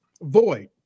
void